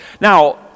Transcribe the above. Now